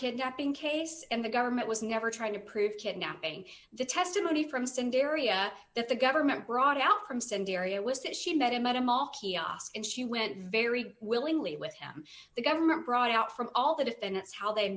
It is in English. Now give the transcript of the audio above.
kidnapping case and the government was never trying to prove kidnapping the testimony from standing area that the government brought out from standing area was that she met him at a mall kiosk and she went very willingly with him the government brought out from all that and that's how they